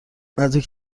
نزدیک